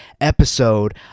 episode